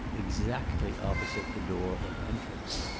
exactly opposite the door of entrance.